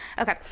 Okay